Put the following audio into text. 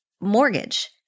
mortgage